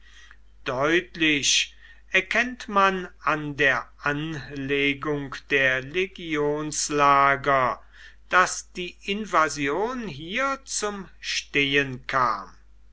deutlich erkennt man an der anlegung der legionslager daß die invasion hier zum stehen kam